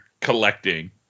collecting